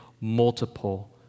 multiple